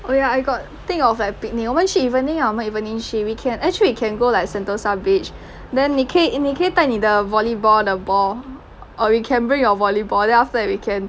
oh ya I got think of like picnic 我们去 evening ah 我们 evening 去 we can actually we can go like sentosa beach then 你可以你可以带你的 volleyball the ball or you can bring your volleyball then after that we can